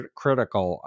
critical